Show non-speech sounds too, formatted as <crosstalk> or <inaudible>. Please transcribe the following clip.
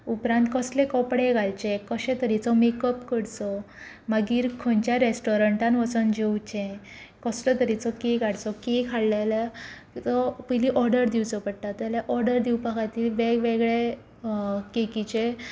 उपरांत कसले कपडे घालचे कशें तरेचो मेकअप करचो मागीर खंयच्या रेस्टॉरंटान वचून जेवचें कसलो तरेचो कॅक हाडचो कॅक हाडलें जाल्यार तिचो पयलीं ऑर्डर दिवचो पडटा <unintelligible> ऑर्डर दिवपा खातीर वेग वेगळे कॅकीचे